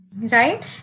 right